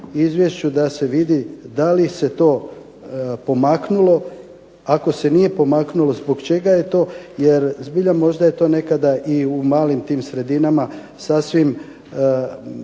izvješću da se vidi da li se to pomaknulo. Ako se nije pomaknulo zbog čega je to jer zbilja možda je to nekada i u malim tim sredinama sasvim